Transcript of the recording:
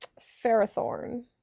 Ferrothorn